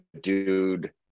dude